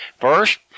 First